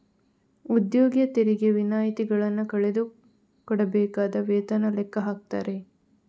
ಉದ್ಯೋಗಿಯ ತೆರಿಗೆ ವಿನಾಯಿತಿಗಳನ್ನ ಕಳೆದು ಕೊಡಬೇಕಾದ ವೇತನ ಲೆಕ್ಕ ಹಾಕ್ತಾರೆ